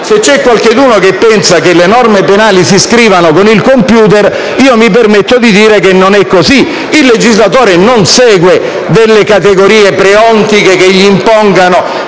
(se c'è qualcuno che pensa che le norme penali si scrivano con il *computer* mi permetto di dire che non è così) non segue delle categoria preontiche che gli impongano